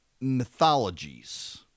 mythologies